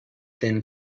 thin